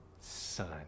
son